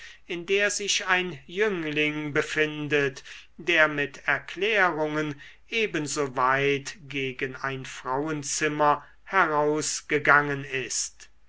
in der sich ein jüngling befindet der mit erklärungen ebenso weit gegen ein frauenzimmer herausgegangen ist